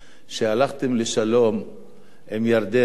עם ירדן, תבעתם מדינה יהודית?